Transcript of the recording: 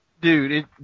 Dude